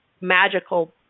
magical